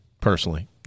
Personally